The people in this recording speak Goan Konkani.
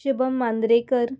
शुभम मांद्रेकर